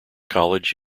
college